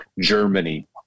Germany